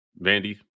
Vandy